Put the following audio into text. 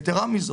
יתרה מזאת,